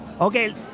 Okay